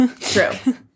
true